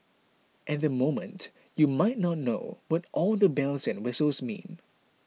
at the moment you might not know what all the bells and whistles mean